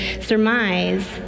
surmise